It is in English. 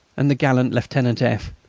and the gallant lieutenant f.